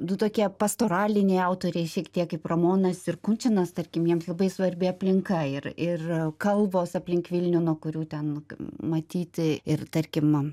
du tokie pastoraliniai autoriai šiek tiek kaip ramonas ir kunčinas tarkim jiems labai svarbi aplinka ir ir kalvos aplink vilnių nuo kurių ten matyti ir tarkim